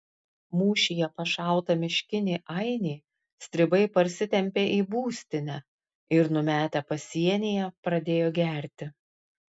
mūšyje pašautą miškinį ainį stribai parsitempė į būstinę ir numetę pasienyje pradėjo gerti